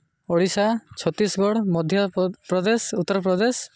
ଓଡ଼ିଶା ଛତିଶଗଡ଼ ମଧ୍ୟ ପ୍ରଦେଶ ଉତ୍ତରପ୍ରଦେଶ